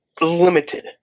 limited